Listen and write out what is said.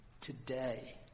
today